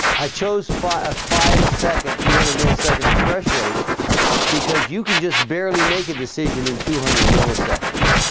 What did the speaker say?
i chose five five a second two hundred millisecond refresh rate because you can just barely make a decision in two hundred milliseconds